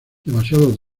demasiados